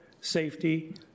safety